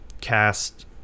cast